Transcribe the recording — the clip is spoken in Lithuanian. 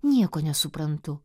nieko nesuprantu